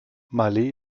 malé